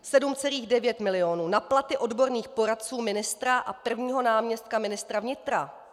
7,9 mil. na platy odborných poradců ministra a prvního náměstka ministra vnitra!